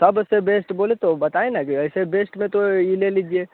सबसे बेस्ट बोले तो बताए ना कि वैसे बेस्ट में तो यह लीजिए